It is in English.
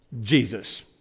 Jesus